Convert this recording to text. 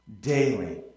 daily